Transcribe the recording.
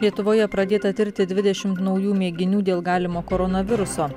lietuvoje pradėta tirti dvidešim naujų mėginių dėl galimo koronaviruso